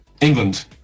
England